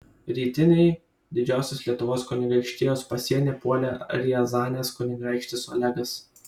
rytinį didžiosios lietuvos kunigaikštijos pasienį puolė riazanės kunigaikštis olegas